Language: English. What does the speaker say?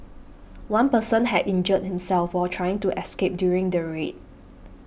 one person had injured himself while trying to escape during the raid